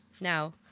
Now